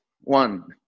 one